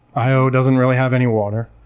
io doesn't really have any water.